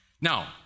Now